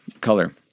color